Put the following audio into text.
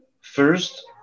first